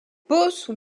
both